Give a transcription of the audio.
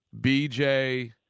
BJ